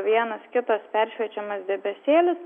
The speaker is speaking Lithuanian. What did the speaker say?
vienas kitas peršviečiamas debesėlis